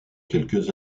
quelques